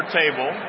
table